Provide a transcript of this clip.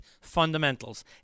Fundamentals